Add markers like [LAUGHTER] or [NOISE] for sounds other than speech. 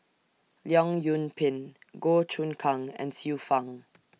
Leong Yoon Pin Goh Choon Kang and Xiu Fang [NOISE]